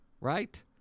Right